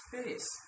space